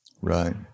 Right